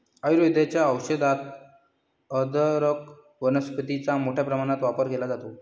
आयुर्वेदाच्या औषधात अदरक वनस्पतीचा मोठ्या प्रमाणात वापर केला जातो